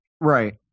Right